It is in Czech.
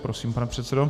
Prosím, pane předsedo.